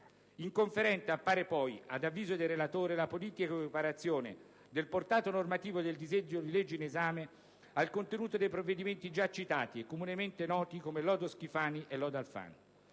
Inconferente appare poi, ad avviso del relatore, l'apodittica equiparazione del portato normativo del disegno di legge in esame al contenuto dei provvedimenti già citati e comunemente noti come lodo Schifani e lodo Alfano.